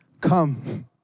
Come